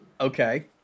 Okay